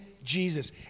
Jesus